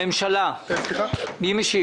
מי משיב